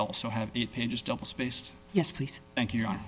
held so have eight pages double spaced yes please thank you